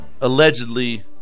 Allegedly